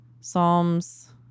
psalms